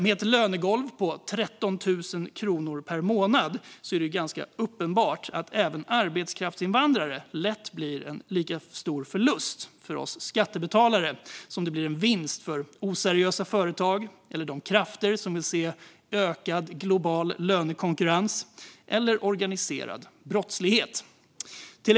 Med ett lönegolv på 13 000 kronor per månad är det ganska uppenbart att även arbetskraftsinvandrare lätt blir en lika stor förlust för oss skattebetalare som de blir en vinst för oseriösa företag, krafter som vill se ökad global lönekonkurrens eller organiserad brottslighet.